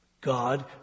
God